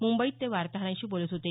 मुंबईत ते वार्ताहरांशी बोलत होते